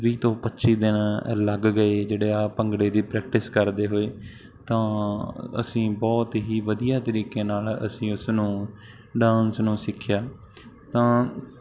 ਵੀਹ ਤੋਂ ਪੱਚੀ ਦਿਨ ਲੱਗ ਗਏ ਜਿਹੜੇ ਆ ਭੰਗੜੇ ਦੀ ਪ੍ਰੈਕਟਿਸ ਕਰਦੇ ਹੋਏ ਤਾਂ ਅਸੀਂ ਬਹੁਤ ਹੀ ਵਧੀਆ ਤਰੀਕੇ ਨਾਲ ਅਸੀਂ ਉਸ ਨੂੰ ਡਾਂਸ ਨੂੰ ਸਿੱਖਿਆ ਤਾਂ